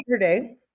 Saturday